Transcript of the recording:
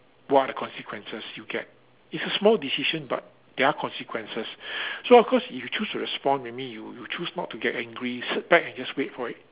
what are the consequences you get it's a small decision but there are consequences so of course if you choose to respond maybe you you choose not to get angry sit back and just wait for it